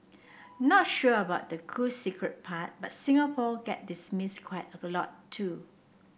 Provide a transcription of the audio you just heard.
not sure about the cool secret part but Singapore get dismiss quite a lot too